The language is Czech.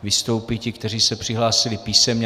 Vystoupí ti, kteří se přihlásili písemně.